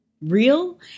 real